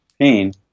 pain